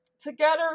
Together